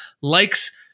likes